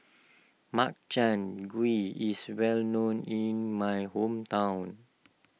Makchang Gui is well known in my hometown